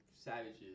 savages